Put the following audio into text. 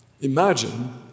Imagine